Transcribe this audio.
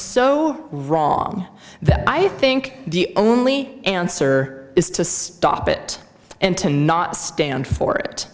so wrong that i think the only answer is to stop it and to not stand for it